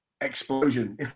Explosion